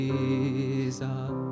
Jesus